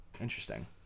Interesting